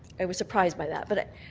i was surprised by that. but ah